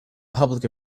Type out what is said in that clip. public